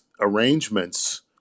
arrangements